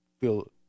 feel